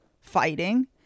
fighting